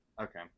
Okay